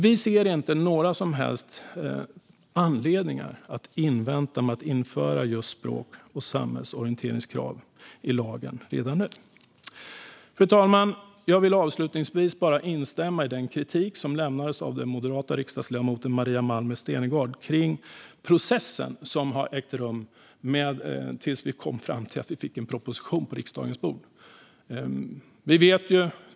Vi ser inte några som helst anledningar att vänta med att införa just språk och samhällsorienteringskrav i lagen redan nu. Fru talman! Jag vill avslutningsvis instämma i den kritik som lämnades av den moderata riksdagsledamoten Maria Malmer Stenergard om processen som har ägt rum fram till att vi fick en proposition på riksdagens bord.